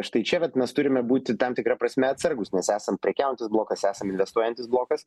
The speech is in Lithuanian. štai čia vat mes turime būti tam tikra prasme atsargūs nes esam prekiaujantis blokas esam investuojantis blokas